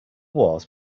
wars